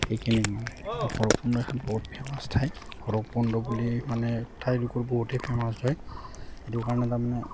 সেইখিনিৰ মানে আৰু ভৈৰৱকুণ্ড এখন বহুত ফেমাছ ঠাই ভৈৰৱকুণ্ড বুলি মানে ঠাইডোখৰ বহুতেই ফেমাছ হয় সেইটো কাৰণে তাৰমানে